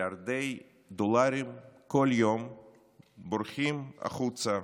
מיליארדי דולרים בורחים החוצה